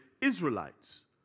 Israelites